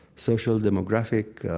social, demographic.